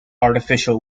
artificial